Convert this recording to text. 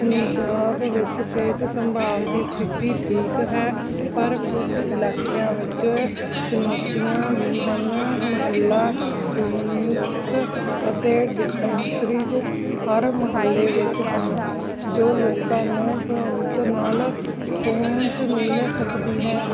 ਪੰਜਾਬ ਵਿੱਚ ਸਿਹਤ ਸੰਭਾਲ ਦੀ ਸਥਿਤੀ ਠੀਕ ਹੈ ਪਰ ਕੁਝ ਇਲਾਕਿਆਂ ਵਿੱਚ ਚੁਣੌਤੀਆਂ ਵੀ ਹਨ ਮੁਹੱਲਾ ਕ ਕਲੀਨਿਕਸ ਅਤੇ ਡਿਸਪੈਂਸਰੀਜ ਹਰ ਮੁਹੱਲੇ ਵਿੱਚ ਹਨ ਜੋ ਲੋਕਾਂ ਨੂੰ ਸਹੂਲਤ ਨਾਲ ਪਹੁੰਚ ਮਿਲ ਸਕਦੀ ਹੈ